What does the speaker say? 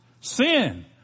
sin